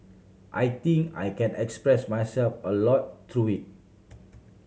I think I can express myself a lot through it